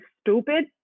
stupid